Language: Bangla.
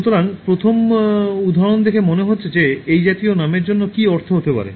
সুতরাং প্রথম উদাহরণ দেখে মনে হচ্ছে যে এই জাতীয় নামের জন্য কী অর্থ হতে পারে